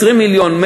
20 מיליון,